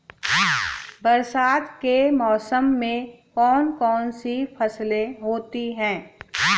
बरसात के मौसम में कौन कौन सी फसलें होती हैं?